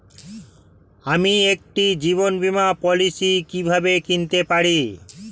আমি একটি জীবন বীমা পলিসি কিভাবে কিনতে পারি?